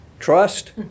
trust